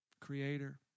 Creator